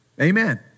Amen